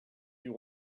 you